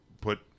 put